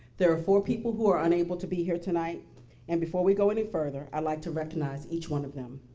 there are four people who are unable to be here tonight and before we go any further i'd like to recognize each one of them.